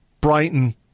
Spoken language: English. Brighton